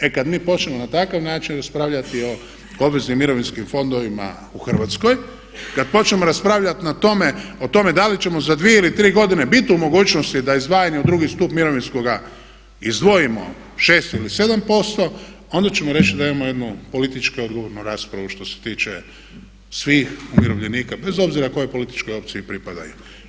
E kad mi počnemo na takav način raspravljati o obveznim mirovinskim fondovima u Hrvatskoj, kad počnemo raspravljat o tome da li ćemo za dvije ili tri godine biti u mogućnosti da izdvajanje u drugi stup mirovinskoga izdvojimo šest ili sedam posto, onda ćemo reći da imamo jednu politički odgovornu raspravu što se tiče svih umirovljenika bez obzira kojoj političkoj opciji pripadaju.